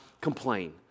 complain